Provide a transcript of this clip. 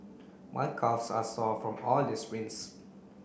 my calves are sore from all the sprints